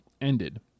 ended